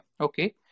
Okay